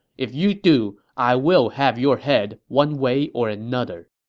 if you do, i will have your head one way or another.